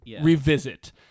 revisit